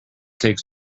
takes